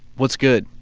what's good?